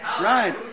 Right